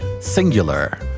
singular